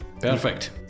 Perfect